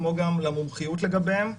כמו גם למומחיות לגביהם.